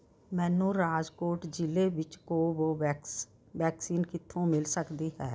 ਮੈਨੂੰ ਰਾਜਕੋਟ ਜ਼ਿਲ੍ਹੇ ਵਿੱਚ ਕੋਵੋਵੈਕਸ ਵੈਕਸੀਨ ਕਿੱਥੋਂ ਮਿਲ ਸਕਦੀ ਹੈ